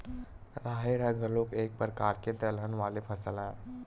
राहेर ह घलोक एक परकार के दलहन वाले फसल हरय